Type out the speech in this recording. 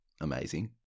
amazing